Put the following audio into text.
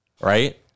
right